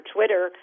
Twitter